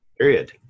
Period